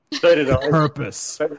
Purpose